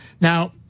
Now